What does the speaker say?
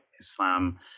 Islam